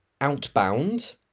outbound